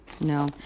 No